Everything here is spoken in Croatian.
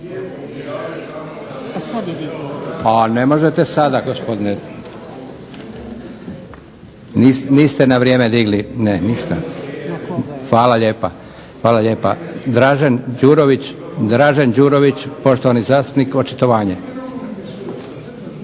se ne čuje./… A ne možete sada gospodine. Niste na vrijeme digli, ne niste. Hvala lijepa. Hvala lijepa. Dražen Đurović, Dražen Đurović, poštovani zastupnik očitovanje.